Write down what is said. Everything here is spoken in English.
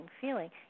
feeling